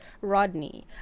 Rodney